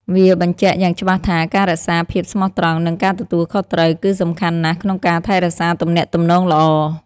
វាបញ្ជាក់យ៉ាងច្បាស់ថា ការរក្សាភាពស្មោះត្រង់ និងការទទួលខុសត្រូវ គឺសំខាន់ណាស់ក្នុងការថែរក្សាទំនាក់ទំនងល្អ។